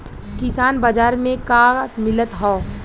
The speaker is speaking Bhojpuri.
किसान बाजार मे का मिलत हव?